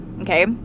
okay